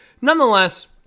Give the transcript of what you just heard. nonetheless